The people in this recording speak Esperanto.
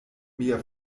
mia